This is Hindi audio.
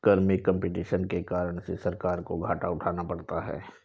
कर में कम्पटीशन के कारण से सरकार को घाटा उठाना पड़ता है